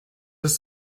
ist